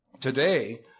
Today